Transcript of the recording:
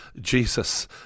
Jesus